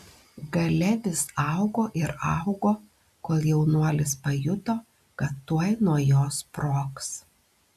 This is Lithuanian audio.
galia vis augo ir augo kol jaunuolis pajuto kad tuoj nuo jos sprogs